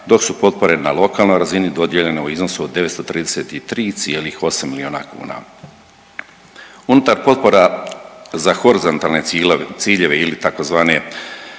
dok su potpore na lokalnoj razini dodijeljene u iznosu od 933,8 milijuna kuna. Unutar potpora za horizontalne ciljeve ili tzv.